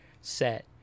set